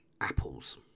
Apples